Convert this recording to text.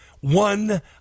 one